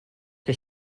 que